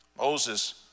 Moses